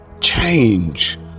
Change